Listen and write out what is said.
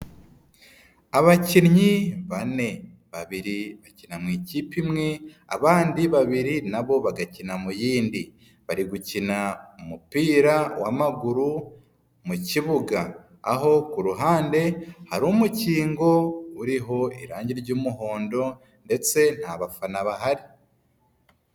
Abakinnyi bane babiri bakina mu ikipe imwe, abandi babiri nabo bagakina mu yindi, bari gukina umupira w'amaguru mu kibuga, aho ku ruhande hari umukingo uriho irangi ry'umuhondo ndetse nta bafana bahari.